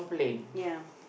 ya